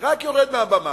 הוא רק יורד מהבמה,